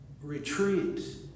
retreats